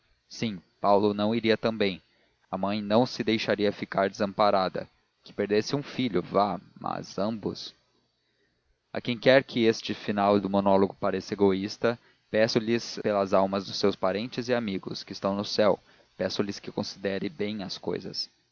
sim paulo não iria também a mãe não se deixaria ficar desamparada que perdesse um filho vá mas ambos a quem quer que este final do monólogo pareça egoísta peço-lhe pelas almas dos seus parentes e amigos que estão no céu peço-lhe que considere bem as cousas